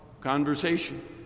conversation